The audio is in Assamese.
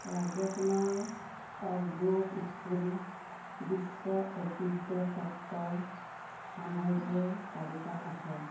ৰাজ্যখনৰ অক গ্ৰ'ভ স্কুল বিশ্ব ঐতিহ্য ক্ষেত্ৰৰ সাম্ভাব্য তালিকাত আছে